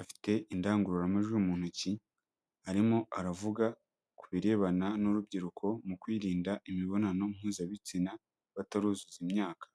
afite indangururamajwi mu ntoki arimo aravuga ku birebana n'urubyiruko mu kwirinda imibonano mpuzabitsina bataruzuza imyaka.